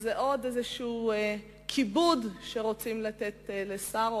זה עוד איזה כיבוד שרוצים לתת לשר,